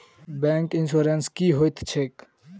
Bank insurance की होइत छैक?